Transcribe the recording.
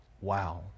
Wow